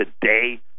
today